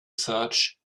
search